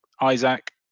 Isaac